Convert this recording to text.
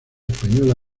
española